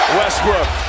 westbrook